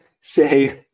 say